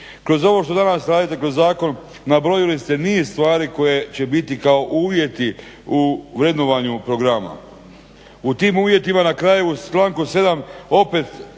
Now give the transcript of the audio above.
Kroz ovo što danas radite, kroz zakon nabrojili ste niz stvari koje će biti kao uvjeti u vrednovanju programa. U tim uvjetima na kraju u članku 7. opet